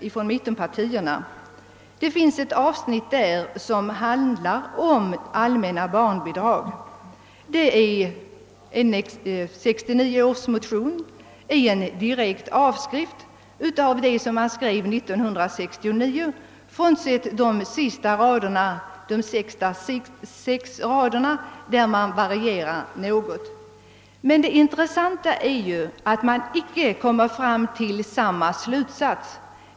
I denna finns ett avsnitt som handlar om allmänna barnbidrag. 1969 års motion utgör en direkt avskrift av vad man skrev 1968 frånsett de sex sista raderna där man varierar något. Det intressanta är emellertid att man inte kommer fram till samma slutsats.